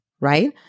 right